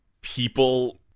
people-